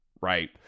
Right